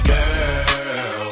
Girl